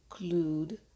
include